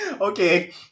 Okay